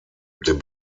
den